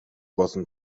болон